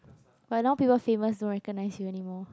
but now people famous don't recognize you anymore